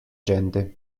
gente